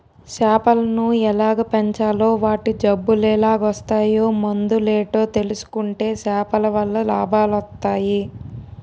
సేపలను ఎలాగ పెంచాలో వాటి జబ్బులెలాగోస్తాయో మందులేటో తెలుసుకుంటే సేపలవల్ల లాభాలొస్టయి